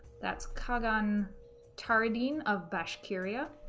that's qaghan taridin of bashkiria,